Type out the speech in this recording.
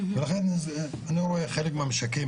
אני רואה שחלק מהמשקים,